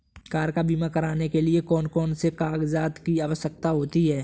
Car का बीमा करने के लिए कौन कौन से कागजात की आवश्यकता होती है?